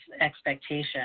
expectation